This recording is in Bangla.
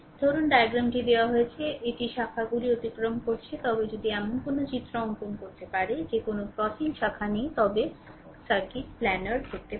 ধরুন ডায়াগ্রামটি দেওয়া হয়েছে এটি শাখাগুলি অতিক্রম করছে তবে যদি এমন কোনও চিত্র অঙ্কন করতে পারে যে কোনও ক্রসিং শাখা নেই তবে সার্কিট প্ল্যানার হতে পারে